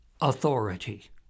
authority